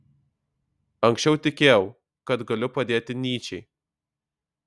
anksčiau tikėjau kad galiu padėti nyčei